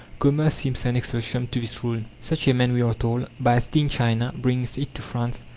commerce seems an exception to this rule. such a man, we are told, buys tea in china, brings it to france,